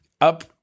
up